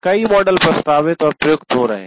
कई मॉडल प्रस्तावित और प्रयुक्त हो रहे हैं